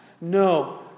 No